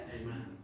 Amen